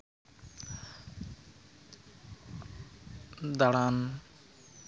ᱫᱟᱬᱟᱱ